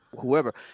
whoever